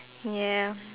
ya